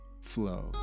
flow